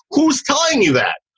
who's telling you that?